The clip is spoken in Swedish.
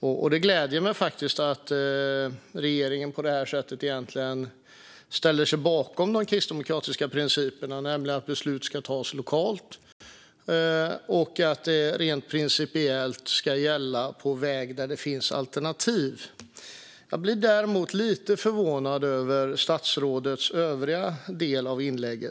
och det gläder mig faktiskt att regeringen på detta sätt egentligen ställer sig bakom de kristdemokratiska principerna, nämligen att beslut ska tas lokalt och att det rent principiellt ska gälla på väg där det finns alternativ. Jag blir däremot lite förvånad över resten i statsrådets inlägg.